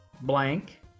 blank